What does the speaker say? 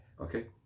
Okay